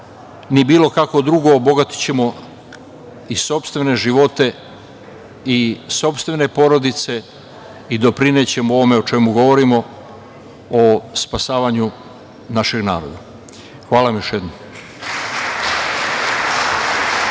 ni bilo kakvo drugo obogatićemo i sopstvene živote i sopstvene porodice i doprinećemo ovo o čemu govorimo, o spasavanju našeg naroda. Hvala vam još jednom.